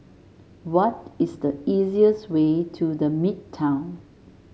what is the easiest way to The Midtown